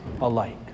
alike